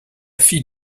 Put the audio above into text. fille